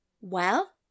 Well